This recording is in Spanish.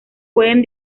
pueden